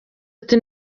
ati